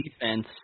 defense